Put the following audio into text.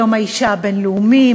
יום האישה הבין-לאומי,